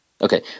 Okay